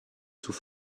sous